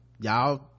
y'all